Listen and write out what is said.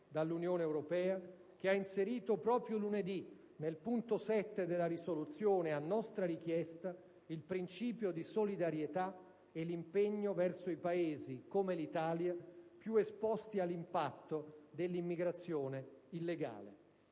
richiesta, ha inserito proprio lunedì, nel punto 7 della risoluzione, il principio di solidarietà e l'impegno verso i Paesi, come l'Italia, più esposti all'impatto dell'immigrazione illegale.